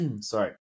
Sorry